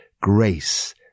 Grace